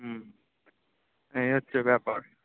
হুম এই হচ্ছে ব্যাপার